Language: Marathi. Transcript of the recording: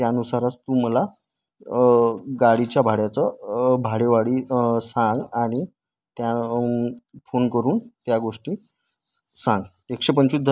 त्यानुसारच तू मला गाडीच्या भाड्याचं भाडेवाढी सांग आणि त्या फोन करून त्या गोष्टी सांग एकशेपंचवीस